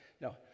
no